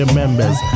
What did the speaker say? members